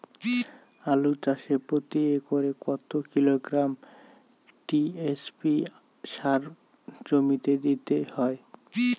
আলু চাষে প্রতি একরে কত কিলোগ্রাম টি.এস.পি সার জমিতে দিতে হয়?